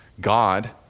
God